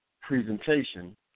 presentation